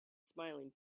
smiling